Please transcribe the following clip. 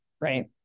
Right